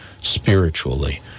spiritually